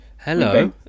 Hello